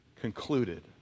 concluded